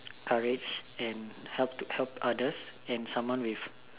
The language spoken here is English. courage and help to help others and someone with